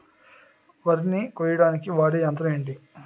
వరి ని కోయడానికి వాడే యంత్రం ఏంటి?